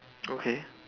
okay